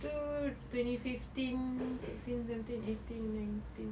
tu twenty fifteen sixteen seventeen eighteen nineteen